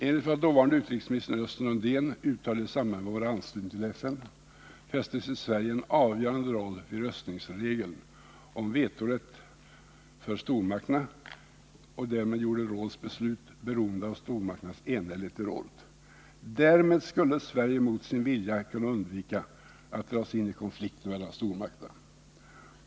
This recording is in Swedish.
Enligt vad dåvarande utrikesministern Östen Undén uttalade i samband med vår anslutning till FN fästes i Sverige en avgörande roll vid röstningsregeln om vetorätt för stormakterna, som gjorde rådets beslut beroende av stormakternas enhällighet i rådet. Därmed skulle Sverige kunna undvika att mot sin vilja dras in i konflikten mellan stormakterna.